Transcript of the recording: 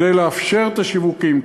כדי לאפשר את השיווקים.